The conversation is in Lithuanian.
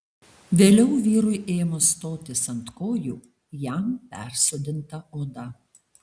vėliau vyrui ėmus stotis ant kojų jam persodinta oda